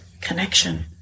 connection